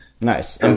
nice